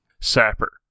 sapper